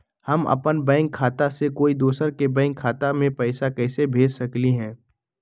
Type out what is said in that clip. हम अपन बैंक खाता से कोई दोसर के बैंक खाता में पैसा कैसे भेज सकली ह?